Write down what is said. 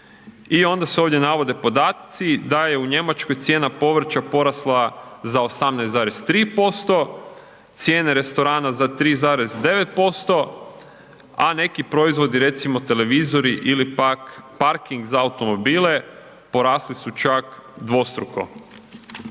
I onda se ovdje navode podaci da je u Njemačkoj cijena povrća porasla za 18,3%, cijene restorana za 3,9%, a neki proizvodi recimo televizori ili pak parking za automobile porasli su čak dvostruko.